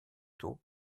tôt